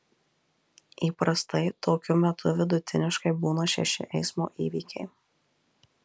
įprastai tokiu metu vidutiniškai būna šeši eismo įvykiai